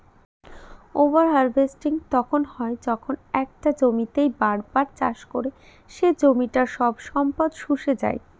over harvesting তখন হয় যখন একটা জমিতেই বার বার চাষ করে সে জমিটার সব সম্পদ শুষে যাই